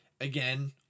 Again